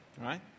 right